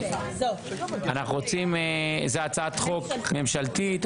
זו הצעת חוק ממשלתית,